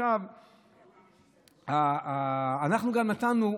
אנחנו נתנו,